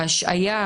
ההשהיה,